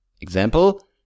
Example